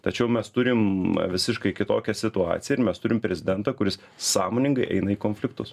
tačiau mes turim visiškai kitokią situaciją ir mes turim prezidentą kuris sąmoningai eina į konfliktus